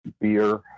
beer